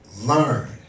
learn